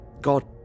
God